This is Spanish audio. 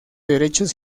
derechos